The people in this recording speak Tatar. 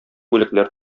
бүләкләр